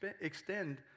extend